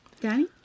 Danny